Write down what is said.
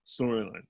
storyline